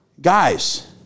Guys